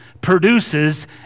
produces